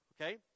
Okay